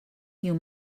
you